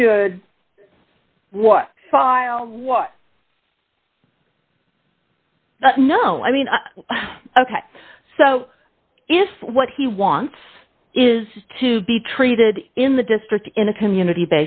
should file what no i mean ok so if what he wants is to be treated in the district in a community